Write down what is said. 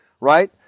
right